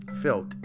felt